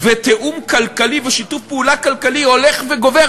ותיאום כלכלי ושיתוף פעולה כלכלי הולך וגובר,